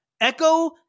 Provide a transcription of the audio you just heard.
Echo